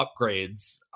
upgrades